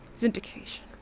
vindication